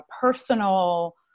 personal